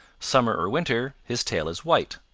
summer or winter his tail is white,